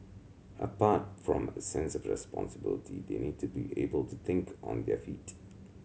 apart from a sense of responsibility they need to be able to think on their feet